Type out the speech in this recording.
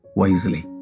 wisely